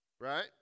right